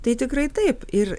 tai tikrai taip ir